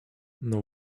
now